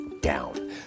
down